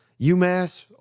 UMass